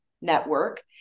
network